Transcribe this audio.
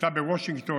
הייתה בוושינגטון,